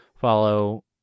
Follow